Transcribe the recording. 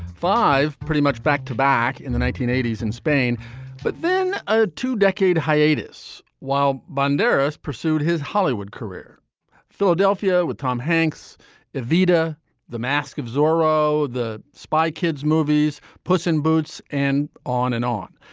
five pretty much back to back in the nineteen eighty s in spain but then a two decade hiatus while banderas pursued his hollywood career philadelphia with tom hanks evita the mask of zorro the spy kids movies puss in boots and on and on.